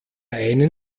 einen